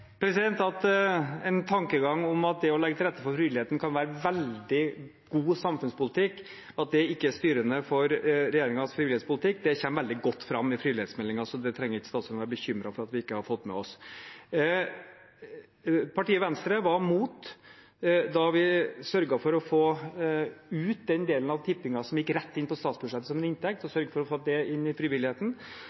At en tankegang om at å legge til rette for frivilligheten kan være veldig god samfunnspolitikk, ikke er styrende for regjeringens frivillighetspolitikk, kommer veldig godt fram i frivillighetsmeldingen, så det trenger ikke statsråden å være bekymret for at vi ikke har fått med oss. Partiet Venstre var imot da vi sørget for å få ut den delen av tippingen som gikk rett inn på statsbudsjettet som en inntekt, og sørget for å få det inn i frivilligheten.